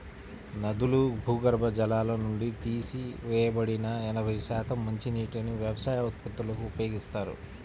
నదులు, భూగర్భ జలాల నుండి తీసివేయబడిన ఎనభై శాతం మంచినీటిని వ్యవసాయ ఉత్పత్తులకు ఉపయోగిస్తారు